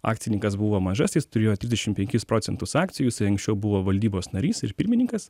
akcininkas buvo mažasis turėjo trisdešim penkis procentus akcijų jisai anksčiau buvo valdybos narys ir pirmininkas